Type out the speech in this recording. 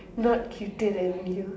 not cuter than you